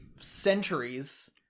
Centuries